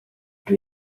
dydw